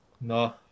No